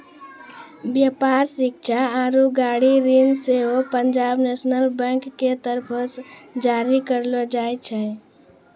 व्यापार, शिक्षा आरु गाड़ी ऋण सेहो पंजाब नेशनल बैंक के तरफो से जारी करलो जाय छै